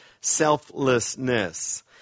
selflessness